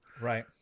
Right